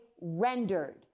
rendered